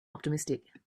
optimistic